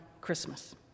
Christmas